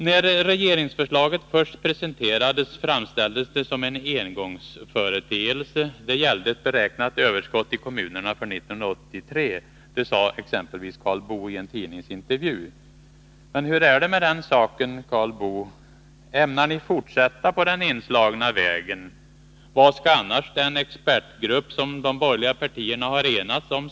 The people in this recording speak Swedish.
När regeringsförslaget först presenterades framställdes det som en engångsföreteelse — det gällde ett beräknat överskott i kommunerna för 1983. Det sade exempelvis Karl Boo i en tidningsintervju. Men hur är det med den saken, Karl Boo? Ämnar ni fortsätta på den inslagna vägen? Vad skall annars den expertgrupp syssla med som de borgerliga partierna enats om?